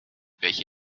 welche